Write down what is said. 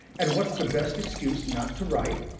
and what's the best excuse not to write,